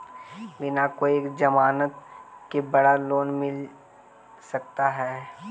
बिना कोई जमानत के बड़ा लोन मिल सकता है?